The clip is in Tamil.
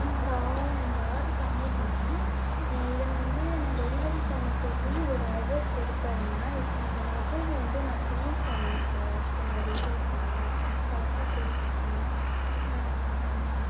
இந்த ஆர் ஆர்ட்ரு பண்ணிருந்தேன் இதை வந்து நான் டெலிவரி பண்ண சொல்லி ஒரு அட்ரஸ் கொடுத்துருந்த இப்போ அந்த அட்ரஸ் வந்து நான் சேஞ்ச் பண்னு சார் சில ரீசன்ஸனால் தப்பாக கொடுத்துட்ட